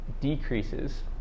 decreases